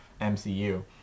MCU